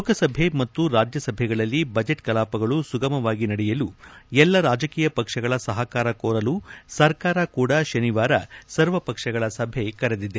ಲೋಕಸಭೆ ಮತ್ತು ರಾಜ್ಯಸಭೆಗಳಲ್ಲಿ ಬಜೆಟ್ ಕಲಾಪಗಳು ಸುಗಮವಾಗಿ ನಡೆಯಲು ಎಲ್ಲ ರಾಜಕೀಯ ಪಕ್ಷಗಳ ಸಹಕಾರ ಕೋರಲು ಸರ್ಕಾರ ಕೂಡ ಶನಿವಾರ ಸರ್ವಪಕ್ಷಗಳ ಸಭೆ ಕರೆದಿದೆ